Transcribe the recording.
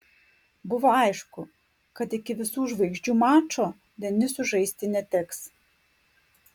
buvo aišku kad iki visų žvaigždžių mačo denisui žaisti neteks